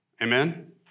Amen